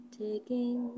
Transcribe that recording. taking